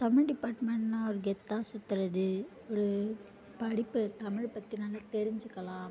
தமிழ் டிபார்ட்மெண்ட்னால் ஒரு கெத்தாக சுற்றுறது ஒரு படிப்பு தமிழ் பற்றி நல்லா தெரிஞ்சிக்கலாம்